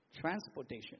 Transportation